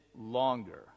longer